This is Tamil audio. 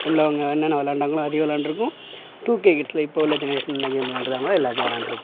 உள்ளவங்க என்னென்ன விளாண்டாங்களோ அதையும் விளாண்டுருக்கோம் டூக்கே கிட்ஸ்ல இப்போ உள்ள ஜெனரேஷனில் என்ன கேம் விளாண்டுருக்காங்களோ எல்லாத்தையும் விளாண்டுருக்கோம்